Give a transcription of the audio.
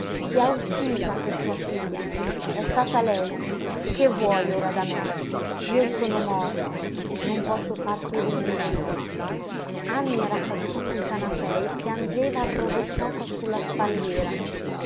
ti ha uccisa per tua figlia è stata lei che vuoi ora da me io sono morto non posso farti rivivere anny era caduta sul canapè e piangeva arrovesciata sulla spalliera